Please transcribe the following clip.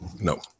No